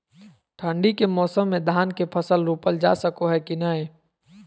ठंडी के मौसम में धान के फसल रोपल जा सको है कि नय?